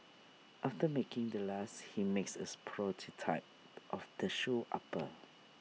after making the last he makes as prototype of the shoe upper